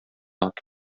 аты